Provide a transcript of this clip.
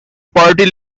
party